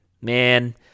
man